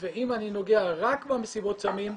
ואם אני נוגע רק במסיבות הסמים,